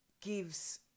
gives